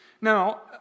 Now